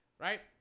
right